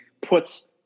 puts